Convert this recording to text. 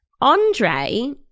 Andre